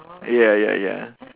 ya ya ya